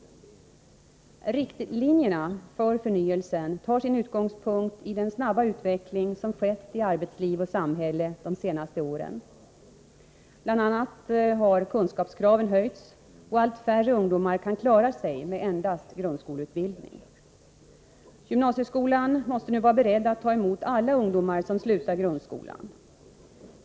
Riktlinjerna för förnyelsen tar sin utgångspunkt i den snabba utveckling som skett i arbetsliv och samhälle de senaste åren. Bl. a. har kunskapskraven höjts, och allt färre ungdomar kan klara sig med endast grundskoleutbildning. Gymnasieskolan måste nu vara beredd att ta emot alla ungdomar som slutar grundskolan.